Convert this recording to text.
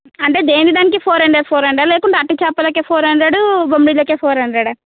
అంటే దేనివి దానికి ఫోర్ హండ్రెడ్ ఫోర్ హండ్రెడా లేకుంటే అట్టి చేపలకు ఫోర్ హండ్రెడ్ బొమ్మిడిలకు ఫోర్ హండ్రెడా